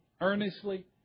earnestly